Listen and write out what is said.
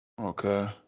Okay